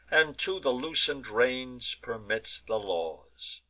and to the loosen'd reins permits the laws.